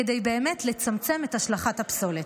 כדי באמת לצמצם את השלכת הפסולת.